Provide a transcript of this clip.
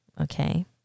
Okay